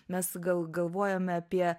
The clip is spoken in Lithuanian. mes gal galvojame apie